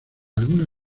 alguna